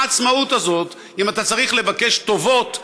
מה העצמאות הזו אם אתה צריך לבקש טובות ממיליונרים,